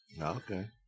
Okay